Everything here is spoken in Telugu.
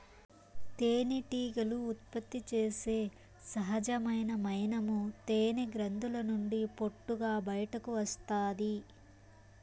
తేనెటీగలు ఉత్పత్తి చేసే సహజమైన మైనము తేనె గ్రంధుల నుండి పొట్టుగా బయటకు వస్తాది